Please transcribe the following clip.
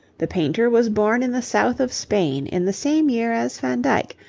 the painter was born in the south of spain in the same year as van dyck,